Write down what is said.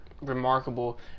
remarkable